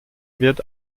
wird